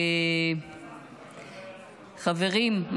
חברים,